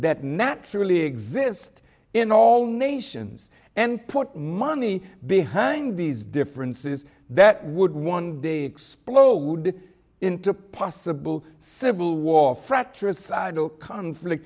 that naturally exist in all nations and put money behind these differences that would one day explode into possible civil war